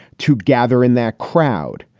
to gather in that crowd.